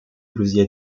друзья